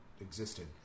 existed